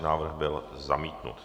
Návrh byl zamítnut.